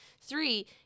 three